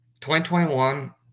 2021